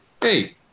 hey